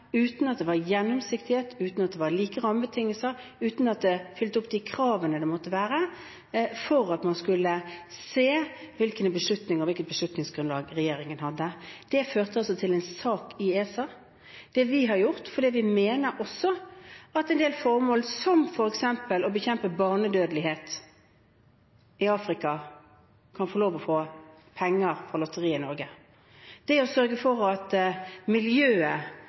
uten at det var gjennomsiktighet, uten at det var like rammebetingelser og uten at kravene som måtte være, var oppfylte, for at man skulle kunne se hvilke beslutninger og hvilket beslutningsgrunnlag regjeringen hadde. Det førte altså til en sak i ESA. Vi mener at en del formål, som f.eks. å bekjempe barnedødelighet i Afrika, bør få lov til å få penger fra lotterier i Norge. Vi har sørget for at miljøet